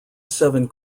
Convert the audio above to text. seven